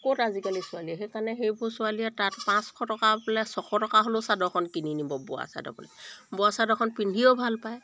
ক'ত আজিকালি ছোৱালীয়ে সেইকাৰণে সেইবোৰ ছোৱালীয়ে তাত পাঁচশ টকা বোলে ছশ টকা হ'লেও চাদৰখন কিনি নিব বোৱা চাদৰখন বোৱা চাদৰখন পিন্ধিও ভাল পায়